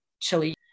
chili